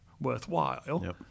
worthwhile